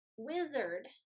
Wizard